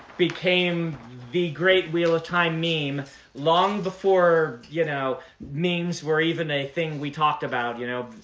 became the great wheel of time meme long before you know memes were even a thing we talked about. you know